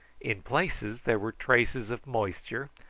in places there were traces of moisture,